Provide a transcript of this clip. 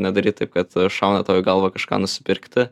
nedaryt taip kad šauna tau į galvą kažką nusipirkti